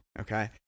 Okay